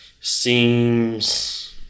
seems